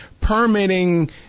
Permitting